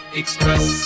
express